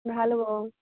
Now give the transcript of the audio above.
ভাল হ'ব অঁ